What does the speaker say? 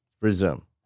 Resume